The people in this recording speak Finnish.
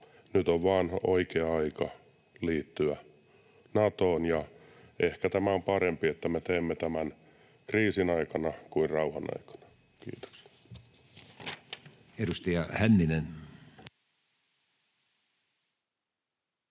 nyt on vain oikea aika liittyä Natoon, ja ehkä on parempi, että me teemme tämän kriisin aikana kuin rauhan aikana. — Kiitos. Edustaja Hänninen.